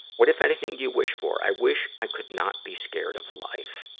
what, if anything, do you wish for? i wish i could not be scared of life,